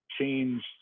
change